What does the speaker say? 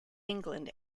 england